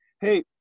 hey